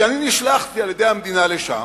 כי אני נשלחתי על-ידי המדינה לשם,